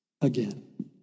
again